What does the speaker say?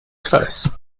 kreis